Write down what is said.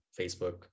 Facebook